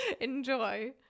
Enjoy